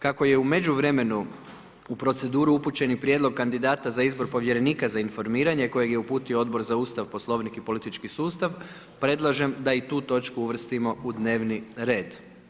Kako je u međuvremenu u proceduru upućeni prijedlog kandidata za izbor povjerenika za informiranje kojeg je uputio Odbor za Ustav, Poslovnik i politički sustav, predlažem da i tu točku uvrstimo u dnevni red.